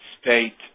state